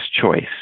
choice